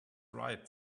right